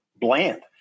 bland